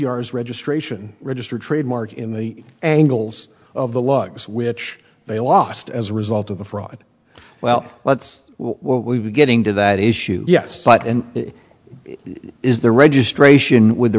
is registration registered trademark in the angles of the lugs which they lost as a result of the fraud well let's what we were getting to that issue yes and it is the registration with the